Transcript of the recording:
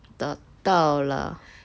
tak tahu lah